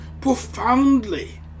profoundly